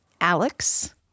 Alex